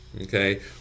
Okay